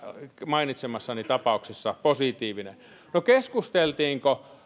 mainitsemassani tapauksessa positiivinen no keskusteltiinko